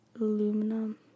aluminum